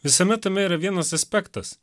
visame tame yra vienas aspektas